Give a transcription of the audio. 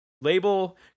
label